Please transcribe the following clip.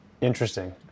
Interesting